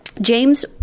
James